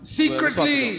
secretly